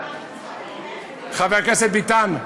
חבר הכנסת ביטן,